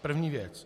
První věc.